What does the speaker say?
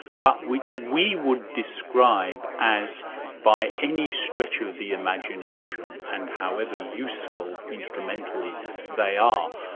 but which we would describe as by any stretch of the imagination, and however useful instrumentally they are,